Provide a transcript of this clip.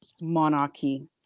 monarchy